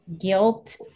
guilt